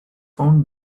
found